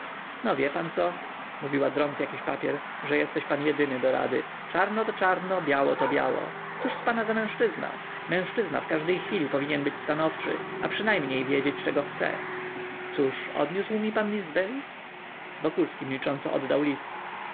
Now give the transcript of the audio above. no wie pan co mówiła drąc jakiś papier że jesteś pan jedyny do rady czarno to czarno biało to biało cóż z pana za mężczyzna mężczyzna w każdej chwili powinien być stanowczy a przynajmniej wiedzieć czego chce cóż odniósł mi pan list beli wokulski milcząc oddał list